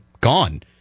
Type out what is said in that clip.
gone